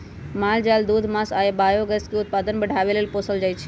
माल जाल दूध मास आ बायोगैस के उत्पादन बढ़ाबे लेल पोसल जाइ छै